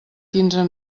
quinze